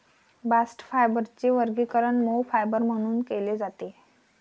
bast फायबरचे वर्गीकरण मऊ फायबर म्हणून केले जाते